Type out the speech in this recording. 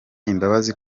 imbabazi